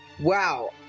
Wow